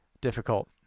difficult